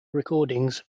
recordings